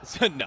No